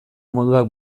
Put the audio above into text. moduak